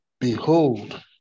Behold